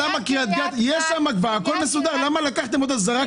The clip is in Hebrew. למה זרקתם את זה?